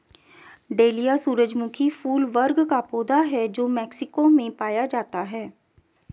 dahlia सूरजमुखी फूल वर्ग का पौधा है जो मेक्सिको में पाया जाता है